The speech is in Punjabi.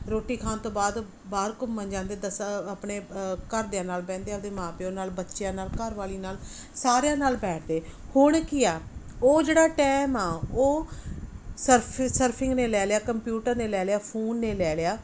ਰੋਟੀ ਖਾਣ ਤੋਂ ਬਾਅਦ ਬਾਹਰ ਘੁੰਮਣ ਜਾਂਦੇ ਦਸ ਅ ਆਪਣੇ ਘਰਦਿਆਂ ਨਾਲ ਬਹਿੰਦੇ ਆਪਣੇ ਮਾਂ ਪਿਓ ਨਾਲ ਬੱਚਿਆਂ ਨਾਲ ਘਰਵਾਲੀ ਨਾਲ ਸਾਰਿਆਂ ਨਾਲ ਬੈਠਦੇ ਹੁਣ ਕੀ ਆ ਉਹ ਜਿਹੜਾ ਟਾਈਮ ਆ ਉਹ ਸਰਫ ਸਰਫਿੰਗ ਨੇ ਲੈ ਲਿਆ ਕੰਪਿਊਟਰ ਨੇ ਲੈ ਲਿਆ ਫੂਨ ਨੇ ਲੈ ਲਿਆ